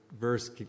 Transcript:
verse